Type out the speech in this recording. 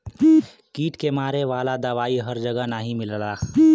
कीट के मारे वाला दवाई हर जगह नाही मिलला